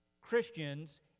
Christians